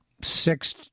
six